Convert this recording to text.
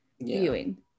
viewing